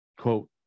quote